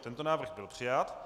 Tento návrh byl přijat.